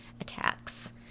attacks